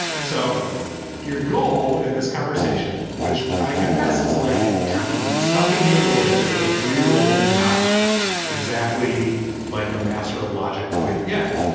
so your goal in this conversation, which i confess is like tricky. it's stumping me a little bit with a three year old who's not exactly like a master of logic quite yet,